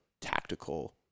tactical